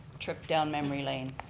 trip down memory lane.